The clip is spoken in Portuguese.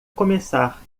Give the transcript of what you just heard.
começar